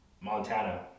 Montana